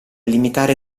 limitare